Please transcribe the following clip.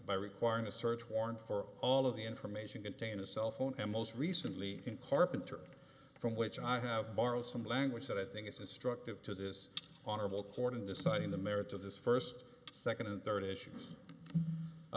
by requiring a search warrant for all of the information contained a cell phone and most recently in carpenter from which i have borrowed some language that i think is instructive to this honorable court in deciding the merits of this first second and third issues i